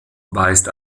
weist